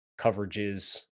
coverages